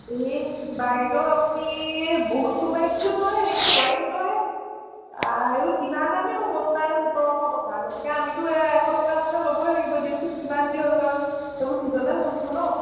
এহ্ বাইদেউ আপুনি বহুত কমাই দিছে নহয় এনেকৈ নোৱাৰিম নহয় আৰু কিমান আমি আপোনাৰ সোতৰশ টকা গতিকে আমিতো এশ টকা আপোনাৰ ল'বই লাগিব দিয়কচোন যিমান যি হ'ল কাৰণ এইবোৰ ছিজনেল বস্তু ন